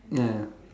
ya ya ya